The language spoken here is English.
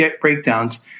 breakdowns